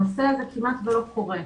הנושא הזה כמעט ולא קורה,